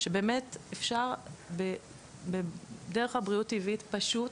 שבאמת אפשר בדרך הבריאות הטבעית פשוט,